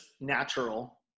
natural